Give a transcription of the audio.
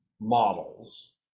models